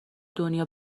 دنیا